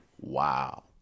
wow